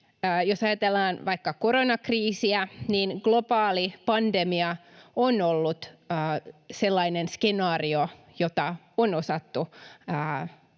Jos ajatellaan vaikka koronakriisiä, niin globaali pandemia on ollut sellainen skenaario, jota on osattu